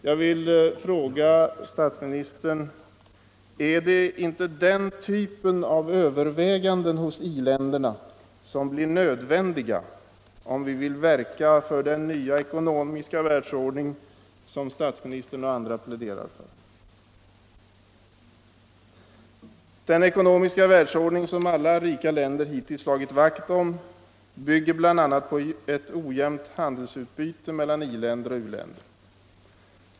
Jag vill fråga statsministern om det inte är sådana överväganden hos i-länderna som blir nödvändiga om vi vill verka för den nya ekonomiska världsordning som statsministern och andra pläderar för. Den ekonomiska världsordning som alla rika länder hittills slagit vakt om bygger bl.a. på ett ojämnt handelsutbyte mellan i-länder och u-länder.